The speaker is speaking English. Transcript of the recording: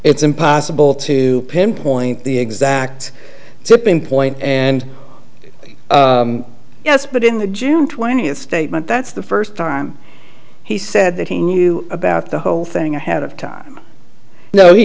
it's impossible to pinpoint the exact tipping point and yes but in the june twentieth statement that's the first time he said that he knew about the whole thing ahead of time no he